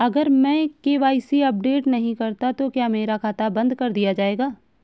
अगर मैं KYC update नहीं करता तो क्या मेरा खाता बंद कर दिया जाएगा?